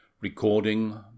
Recording